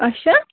اَچھا